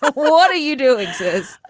but what are you doing?